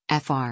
FR